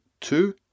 two